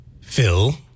Phil